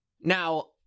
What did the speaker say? Now